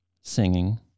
singing